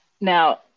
Now